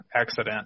accident